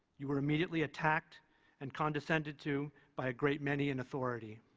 you were immediately attacked and condescended to by a great many in authority.